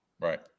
right